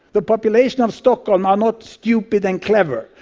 the population of stockholm are not stupid and clever,